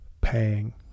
paying